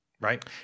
Right